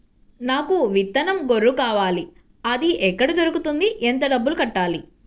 నాకు విత్తనం గొర్రు కావాలి? అది ఎక్కడ దొరుకుతుంది? ఎంత డబ్బులు కట్టాలి?